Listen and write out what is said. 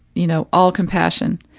you know, all compassion,